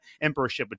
emperorship